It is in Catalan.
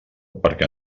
perquè